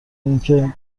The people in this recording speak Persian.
اینکه